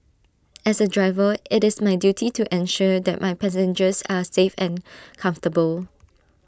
as A driver IT is my duty to ensure the my passengers are safe and comfortable